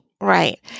right